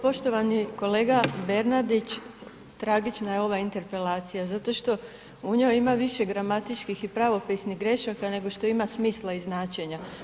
Poštovani kolega Bernardić, tragična je ova interpelacija, zato što u njoj ima više gramatičkih i pravopisnih grešaka, nego što ima smisla i značenja.